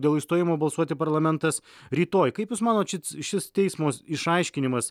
dėl išstojimo balsuoti parlamentas rytoj kaip jūs manote šit šis teismo išaiškinimas